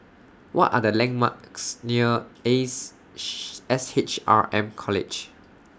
What Are The landmarks near Ace S H R M College